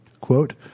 Quote